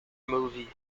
movie